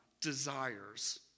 desires